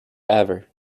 ever